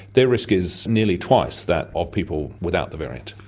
their risk is nearly twice that of people without the variant.